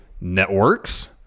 networks